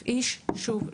שוב,